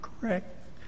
correct